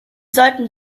sollten